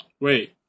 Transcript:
Wait